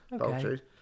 Okay